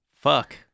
Fuck